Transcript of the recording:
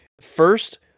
First